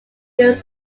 his